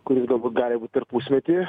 kuris galbūt gali būt ir pusmetį